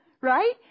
Right